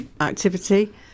activity